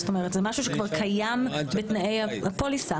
זאת אומרת, זה משהו שכבר קיים בתנאי הפוליסה.